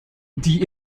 die